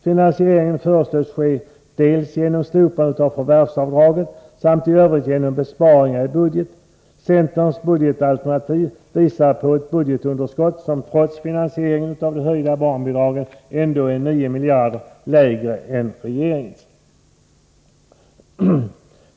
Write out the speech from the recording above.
Finansieringen föreslås ske dels genom slopande av förvärvsavdraget, dels genom besparingar i budgeten. Centerns budgetalternativ visar på ett budgetunderskott som trots finansiering av de höjda barnbidragen är 9 miljarder lägre än regeringens.